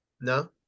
No